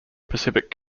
pacific